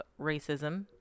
racism